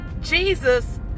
Jesus